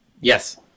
Yes